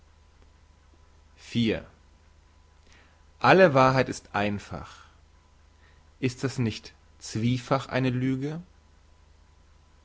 alle wahrheit ist einfach ist das nicht zwiefach eine lüge